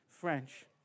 French